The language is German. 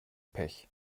pech